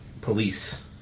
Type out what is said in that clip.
police